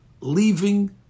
leaving